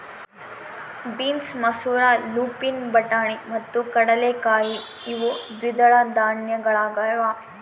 beans ಮಸೂರ lupin ಬಟಾಣಿ ಮತ್ತು ಕಡಲೆಕಾಯಿ ಇವು ದ್ವಿದಳ ಧಾನ್ಯಗಳಾಗ್ಯವ